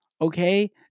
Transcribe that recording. okay